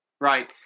Right